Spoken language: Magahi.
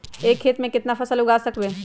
एक खेत मे केतना फसल उगाय सकबै?